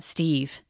Steve